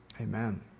Amen